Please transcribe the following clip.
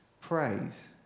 praise